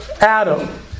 Adam